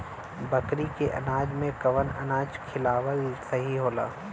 बकरी के अनाज में कवन अनाज खियावल सही होला?